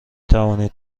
توانید